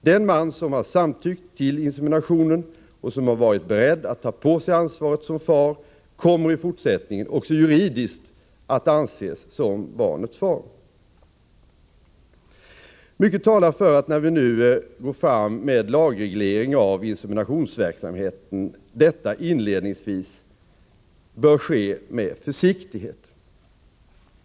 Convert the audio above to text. Den man som har samtyckt till inseminationen, och som har varit beredd att ta på sig ansvaret som far, kommer i fortsättningen också juridiskt att anses som barnets far. Mycket talar för att när vi nu går fram med lagreglering av inseminationsverksamheten detta inledningsvis bör ske med försiktighet.